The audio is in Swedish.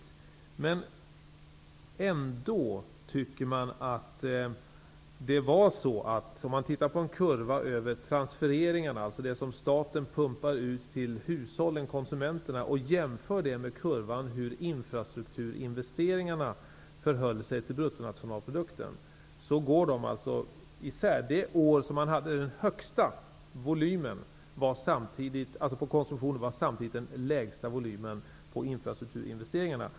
Om man ser på en kurva över transfereringar -- dvs. det som staten pumpar ut till hushållen, konsumenterna -- och jämför den med en kurva över infrastrukturinvesteringarna i relation till bruttonationalprodukten, går dessa kurvor isär. Det år som man hade den största volymen på konsumtionen hade man samtidigt den lägsta volymen på infrastrukturinvesteringarna.